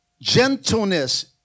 gentleness